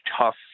tough